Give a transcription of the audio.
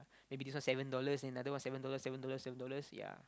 maybe this one seven dollars another one seven dollars seven dollars ya